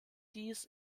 dies